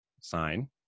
sign